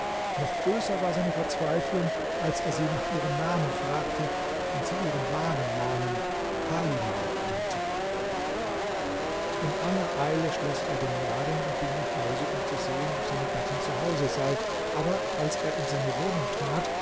noch größer war seine verzweiflung als er sie nach ihrem namen fragte und sie ihren wahren namen halimah nannte in aller eile schloß er den laden und ging nach hause um zu sehen ob seine gattin zu hause sei aber als er in seine wohnung trat